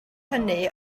hynny